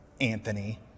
Anthony